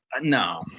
No